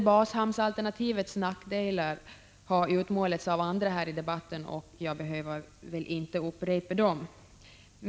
bashamnsalternativets nackdelar har utmålats av andra i debatten, och jag behöver därför inte upprepa dem.